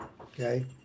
okay